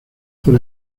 por